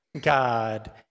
God